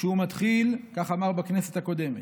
וכשהוא מתחיל, כך אמר בכנסת הקודמת,